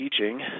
teaching